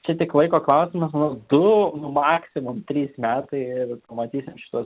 čia tik laiko klausimas nu du maksimum trys metai ir pamatysim šituos